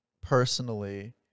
personally